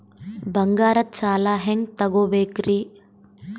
ಬಂಗಾರದ್ ಸಾಲ ಹೆಂಗ್ ತಗೊಬೇಕ್ರಿ?